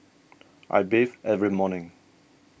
I bathe every morning